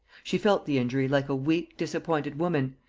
she felt the injury like a weak disappointed woman,